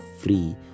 free